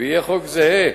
ויהיה חוק זהה